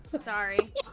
Sorry